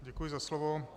Děkuji za slovo.